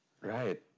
Right